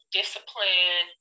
discipline